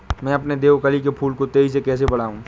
मैं अपने देवकली के फूल को तेजी से कैसे बढाऊं?